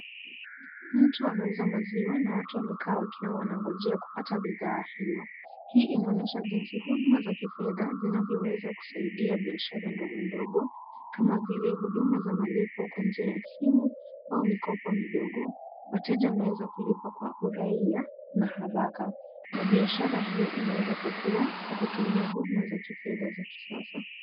Mtu anauza maziwa na watu wamekaa wakiwa wanangojea kupata bidhaa hiyo. Hii inaonyesha jinsi huduma za kifedha zinavyoweza kusaidia biashara ndogo ndogo kama vile huduma za malipo kwa njia ya simu au mikopo midogo. Wateja wanaweza kulipa kwa uraia na haraka na biashara hiyo inaweza kukua kwa kutumia huduma za kifedha za kisasa.